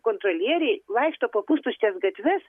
kontrolieriai vaikšto po pustuštes gatves